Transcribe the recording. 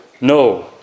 No